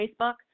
Facebook